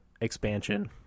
expansion